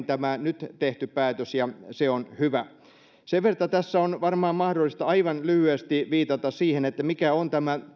tämä nyt tehty päätös tapahtui nopeammin ja se on hyvä sen verran tässä on varmaan mahdollista aivan lyhyesti viitata siihen mikä on tämä